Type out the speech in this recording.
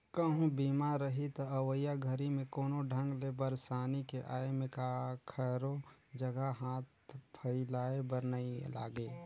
कहूँ बीमा रही त अवइया घरी मे कोनो ढंग ले परसानी के आये में काखरो जघा हाथ फइलाये बर नइ लागे